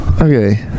Okay